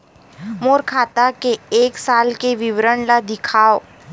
मोर खाता के एक साल के विवरण ल दिखाव?